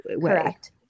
Correct